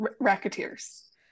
racketeers